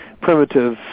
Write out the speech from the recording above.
primitive